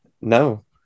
No